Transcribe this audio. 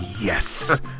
Yes